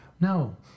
No